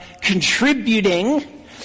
contributing